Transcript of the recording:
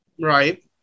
Right